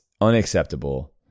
unacceptable